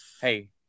Hey